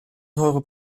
teure